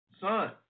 Son